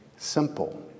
simple